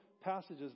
passages